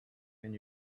and